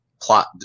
plot